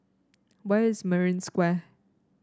where is Marina Square